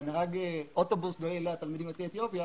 נהג אוטובוס לא העלה לאוטובוס תלמידים יוצאי אתיופיה